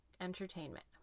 entertainment